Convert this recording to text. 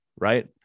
right